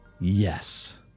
yes